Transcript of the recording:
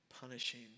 punishing